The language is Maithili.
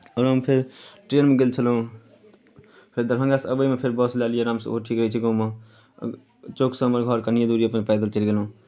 आओर हम फेर ट्रेनमे गेल छलहुँ फेर दरभंगासँ अबयमे फेर बस लऽ लिअ आरामसँ ओहो ठीक रहै छै गाँवमे चौकसँ हमर घर कनिए दूरी यए अपन पैदल चलि गेलहुँ